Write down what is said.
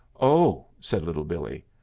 oh, said little billee,